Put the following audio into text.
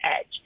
edge